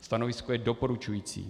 Stanovisko doporučující.